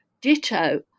ditto